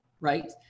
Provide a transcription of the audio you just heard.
right